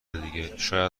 دیگه، شاید